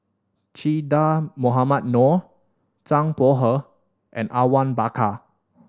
Che Dah Mohamed Noor Zhang Bohe and Awang Bakar